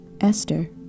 Esther